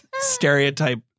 stereotype